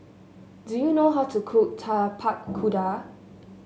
do you know how to cook Tapak Kuda